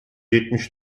yetmiş